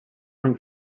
from